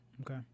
Okay